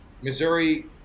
Missouri